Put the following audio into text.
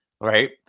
right